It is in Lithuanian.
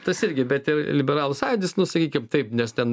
tas irgi bet ir liberalų sąjūdis nu sakykim taip nes ten